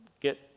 get